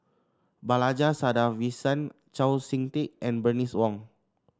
Balaji Sadasivan Chau SiK Ting and Bernice Wong